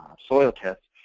soil test,